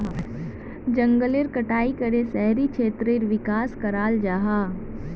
जनगलेर कटाई करे शहरी क्षेत्रेर विकास कराल जाहा